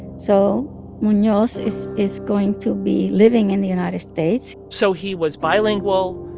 so munoz is is going to be living in the united states so he was bilingual,